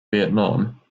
vietnam